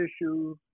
issue